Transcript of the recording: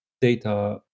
data